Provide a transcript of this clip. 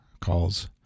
calls